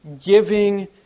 giving